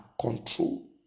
control